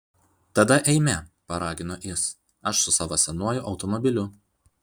tada eime paragino jis aš su savo senuoju automobiliu